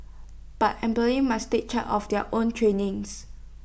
but employees must take charge of their own trainings